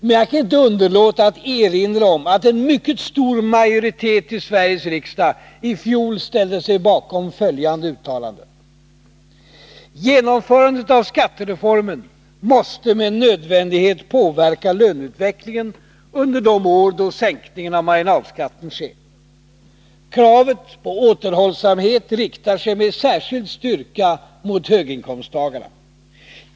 Men jag kan inte underlåta att erinra om att en mycket stor majoritet i Sveriges riksdag i fjol ställde sig bakom följande uttalande: ”Genomförandet av skattereformen måste med nödvändighet påverka löneutvecklingen under de år då sänkningen av marginalskatten sker. Kravet på återhållsamhet riktar sig med särskild styrka mot höginkomsttagarna.